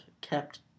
kept